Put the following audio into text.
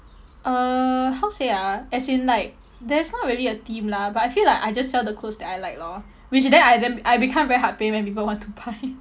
uh how to say ah as in like there's not really a theme lah but I feel like I just sell the clothes that I like lor which then I then I become very heart pain when people want to buy